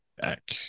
back